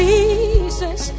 Jesus